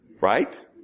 Right